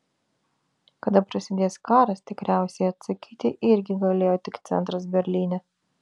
kada prasidės karas tiksliausiai atsakyti irgi galėjo tik centras berlyne